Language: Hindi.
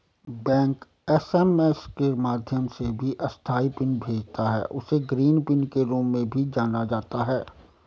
बैंक एस.एम.एस के माध्यम से जो अस्थायी पिन भेजता है, उसे ग्रीन पिन के रूप में भी जाना जाता है